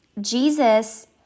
Jesus